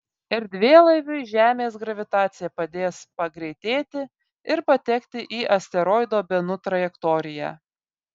erdvėlaiviui žemės gravitacija padės pagreitėti ir patekti į asteroido benu trajektoriją